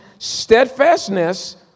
steadfastness